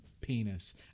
penis